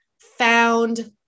found